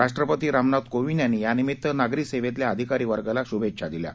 राष्ट्रपती रामनाथ कोविंद यांनी यानिमित्त नागरी सेवेतल्या अधिकारी वर्गाला शुभेच्छा दिल्या आहेत